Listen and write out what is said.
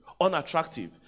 unattractive